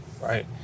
right